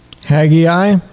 Haggai